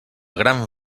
gran